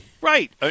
Right